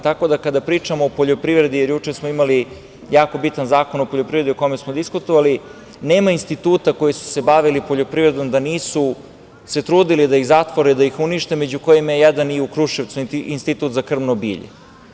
Tako da, kad pričamo o poljoprivredi, jer juče smo imali jako bitan zakon o poljoprivredi o kome smo diskutovali, nema instituta koji su se bavili poljoprivredom da nisu se trudili da ih zatvore, da ih unište i među kojima je jedan u Kruševcu, Institut za krvno bilje.